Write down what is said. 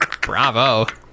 bravo